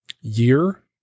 year